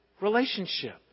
relationship